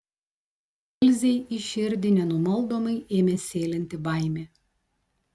ilzei į širdį nenumaldomai ėmė sėlinti baimė